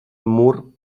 mur